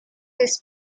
his